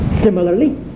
Similarly